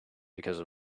because